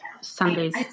Sundays